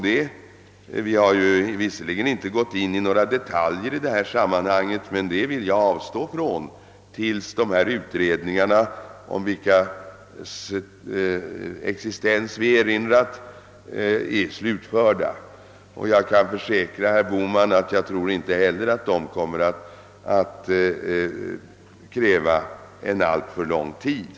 Vi har visserligen inte gått in på detaljer i detta sammanhang, men jag Ville avstå från det till dess de utred Ningar, om vilkas existens vi erinrat, år slutförda. Jag kan försäkra herr Boh Man att jag inte tror att de kommer att kräva alltför lång tid.